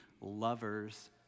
lovers